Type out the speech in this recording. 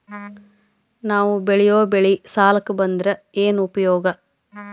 ನಾವ್ ಬೆಳೆಯೊ ಬೆಳಿ ಸಾಲಕ ಬಂದ್ರ ಏನ್ ಉಪಯೋಗ?